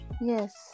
Yes